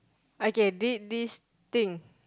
okay the this thing